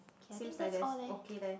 seems like this okay then